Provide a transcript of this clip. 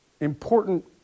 important